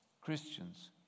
Christians